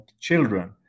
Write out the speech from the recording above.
children